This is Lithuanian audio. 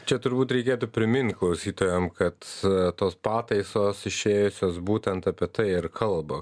čia turbūt reikėtų primint klausytojam kad tos pataisos išėjusios būtent apie tai ir kalba